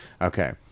Okay